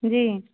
जी